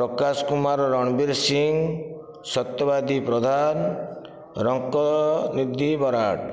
Prakash Kumar Ranbir Singh Satyabadi Pradhan Rankanidhi Barad